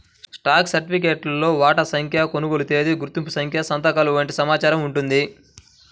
stock సర్టిఫికేట్లో వాటాల సంఖ్య, కొనుగోలు తేదీ, గుర్తింపు సంఖ్య సంతకాలు వంటి సమాచారం ఉంటుంది